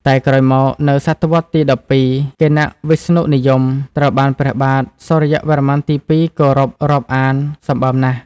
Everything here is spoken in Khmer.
តែក្រោយមក នៅស.វ.ទី១២ គណៈវិស្ណុនិយមត្រូវបានព្រះបាទ សូរ្យវរ្ម័នទី ២ គោរពរាប់អានសម្បើមណាស់។